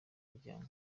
muryango